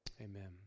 Amen